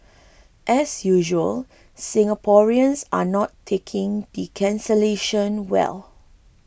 as usual Singaporeans are not taking the cancellation well